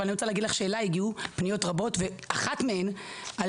אבל אני רוצה להגיד לך שאלי הגיעו פניות רבות ואחת מהן על